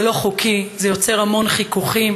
זה לא חוקי, זה יוצר המון חיכוכים.